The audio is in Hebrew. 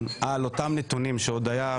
אם הם לא יקבלו את החומרים ולא יוכלו לעשות את העבודה,